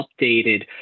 updated